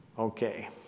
okay